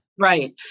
Right